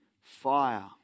fire